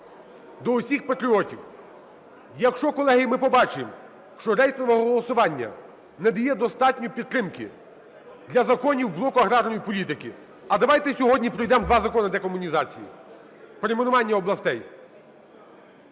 до усіх патріотів. Якщо, колеги, ми побачимо, що рейтингове голосування не дає достатньої підтримки для законів блоку аграрної політики, а давайте сьогодні пройдемо два закони декомунізації, перейменування областей.